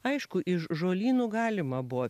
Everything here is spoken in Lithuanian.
aišku iš žolynų galima buvo